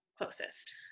closest